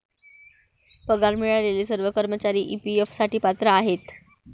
पगार मिळालेले सर्व कर्मचारी ई.पी.एफ साठी पात्र आहेत